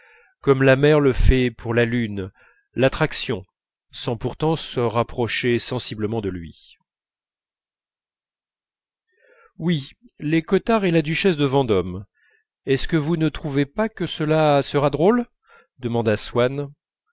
comme la mer le fait pour la lune l'attraction sans pourtant se rapprocher visiblement de lui oui les cottard et la duchesse de vendôme est-ce que vous ne trouvez pas que cela sera drôle demanda swann